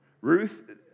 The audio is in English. Ruth